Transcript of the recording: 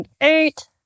eight